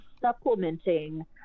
supplementing